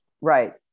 Right